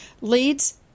leads